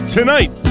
Tonight